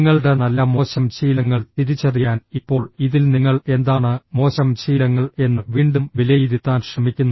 നിങ്ങളുടെ നല്ല മോശം ശീലങ്ങൾ തിരിച്ചറിയാൻ ഇപ്പോൾ ഇതിൽ നിങ്ങൾ എന്താണ് മോശം ശീലങ്ങൾ എന്ന് വീണ്ടും വിലയിരുത്താൻ ശ്രമിക്കുന്നു